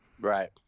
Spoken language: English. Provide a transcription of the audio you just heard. Right